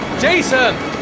Jason